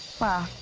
wow.